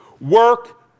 Work